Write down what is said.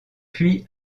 puis